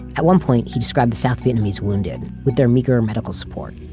at one point, he described the south vietnamese wounded, with their meager medical support,